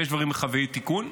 ויש דברים מחייבי תיקון.